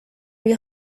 lui